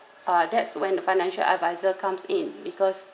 uh that's when the financial adviser comes in because